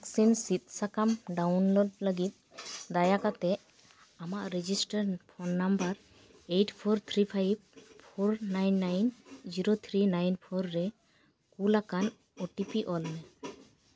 vaccine ᱥᱤᱫ ᱥᱟᱠᱟᱢ download ᱞᱟᱹᱜᱤᱫ ᱫᱟᱭᱟᱠᱟᱛᱮ ᱟᱢᱟᱜ register phone number eight four three five four nine nine zero three nine four ᱨᱮ ᱠᱩᱞᱟᱠᱟᱱ ᱳ ᱴᱤ ᱯᱤ ᱚᱞ ᱢᱮ